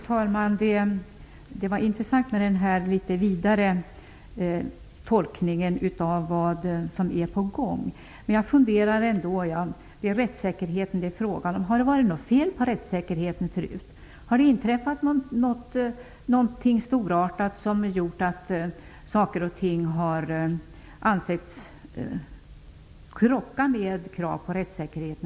Fru talman! Det var intressant med den litet vidare tolkningen av vad som är på gång. Jag funderar ändå om det har varit något fel med rättssäkerheten förut. Har det inträffat någonting storartat som gjort att saker och ting har ansetts krocka med kraven på rättssäkerhet?